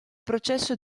processo